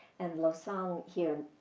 and losong here,